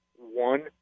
one